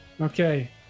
Okay